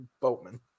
Boatman